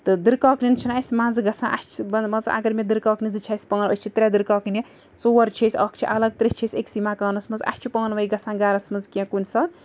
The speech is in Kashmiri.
تہٕ دٕرکاکنٮ۪ن چھِنہٕ اَسہِ منٛزٕ گژھان اَسہِ چھِ مان ژٕ اَگر مےٚ دٕرکاکنہِ زٕ چھِ اَسہِ پا أسۍ چھِ ترٛےٚ دٕرکاکنہِ ژور چھِ أسۍ اَکھ چھِ الگ ترٛےٚ چھِ أسۍ أکۍسٕے مَکانَس منٛز اَسہِ چھِ پانہٕ ؤنۍ گژھان گَرَس منٛز کیٚنٛہہ کُنہِ ساتہٕ